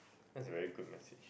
that's a very good message